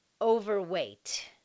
overweight